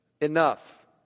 enough